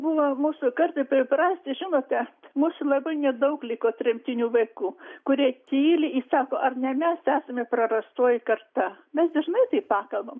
buvo mūsų kartai priprasti žinote mūsų labai nedaug liko tremtinių vaikų kurie tyli ir sako ar ne mes esame prarastoji karta mes dažnai taip pakalbam